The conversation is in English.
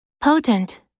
Potent